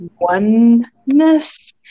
oneness